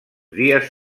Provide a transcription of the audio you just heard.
dies